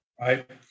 right